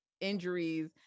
injuries